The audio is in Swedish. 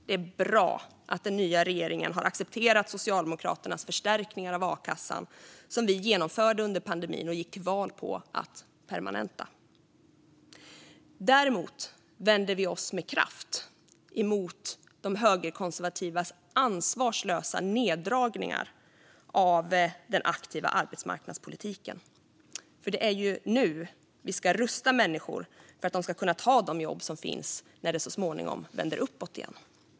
Det är bra att den nya regeringen har accepterat de förstärkningar av akassan som Socialdemokraterna genomförde under pandemin och gick till val på att permanenta. Däremot vänder vi oss med kraft emot de högerkonservativas ansvarslösa neddragningar av den aktiva arbetsmarknadspolitiken. Det är ju nu vi ska rusta människor för att de ska kunna ta de jobb som finns när det så småningom vänder uppåt igen.